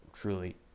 truly